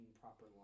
proper